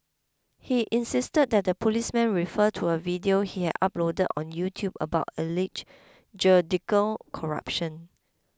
he insisted that the policemen refer to a video he had uploaded on YouTube about alleged judicial corruption